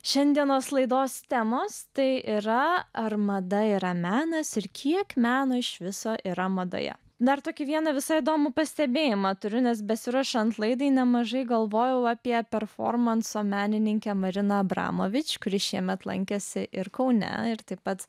šiandienos laidos temos tai yra ar mada yra menas ir kiek meno iš viso yra madoje dar tokį vieną visai įdomų pastebėjimą turiu nes besiruošiant laidai nemažai galvojau apie performanso menininkė marina abramovičių kuri šiemet lankėsi ir kaune ir taip pat